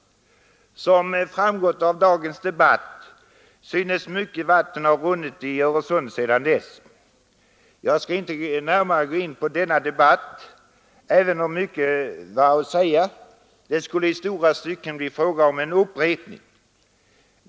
Som framgått av dagens debatt synes mycket vatten ha runnit i Öresund sedan dess. Jag skall inte närmare gå in på denna debatt, även om mycket vore att säga; det skulle i stora stycken bli fråga om en upprepning.